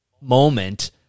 moment